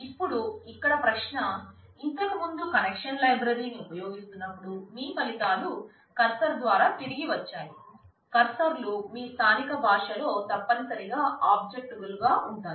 ఇప్పుడు ఇక్కడ ప్రశ్న ఇంతకు ముందు కనెక్షన్ లైబ్రరీ ద్వారా తిరిగి వచ్చాయి కర్సర్ లు మీ స్థానిక భాషలో తప్పనిసరిగా ఆబ్జెక్టులుగా ఉంటాయి